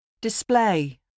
Display